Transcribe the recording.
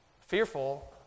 Fearful